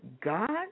God